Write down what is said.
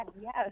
yes